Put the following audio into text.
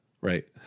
Right